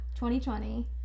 2020